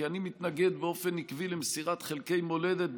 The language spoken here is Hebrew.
כי אני מתנגד באופן עקבי למסירת חלקי מולדת,